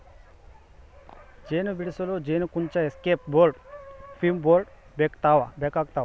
ಜೇನು ಬಿಡಿಸಲು ಜೇನುಕುಂಚ ಎಸ್ಕೇಪ್ ಬೋರ್ಡ್ ಫ್ಯೂಮ್ ಬೋರ್ಡ್ ಬೇಕಾಗ್ತವ